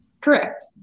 Correct